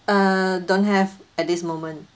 uh don't have at this moment